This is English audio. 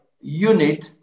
unit